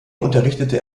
unterrichtete